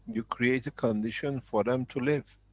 you create a condition for them to live.